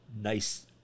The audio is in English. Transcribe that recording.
nice